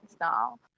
now